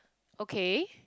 okay